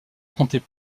comptait